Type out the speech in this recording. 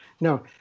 no